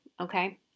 okay